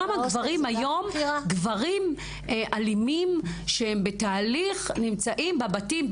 כמה גברים היום גברים אלימים שהם בתהליך נמצאים בבתים,